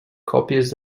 còpies